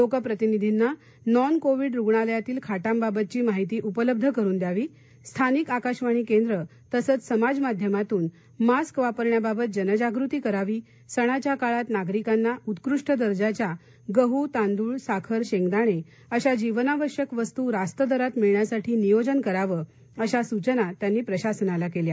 लोकप्रतिनिधींना non Covid रुग्णालयातील खाटांबाबतची माहिती उपलब्ध करुन द्यावी स्थानिक आकाशवाणी केंद्र तसंच समाज माध्यमातून मास्क वापरण्यालबाबत जनजागृती करावी सणाच्या काळात नागरिकांना उत्कृष्ट दर्जाच्या गह तांदूळ साखर शेंगदाणे अशा जीवनावश्यक वस्तू रास्त दरात मिळण्यासाठी नियोजन करावं अशा सूचना त्यांनी प्रशासनाला केल्या